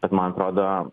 bet man atrodo